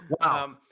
Wow